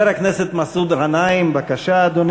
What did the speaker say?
(חבר הכנסת אברהים צרצור יוצא מאולם